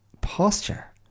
posture